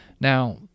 Now